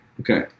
okay